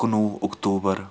کُنوُہ اوکتوبر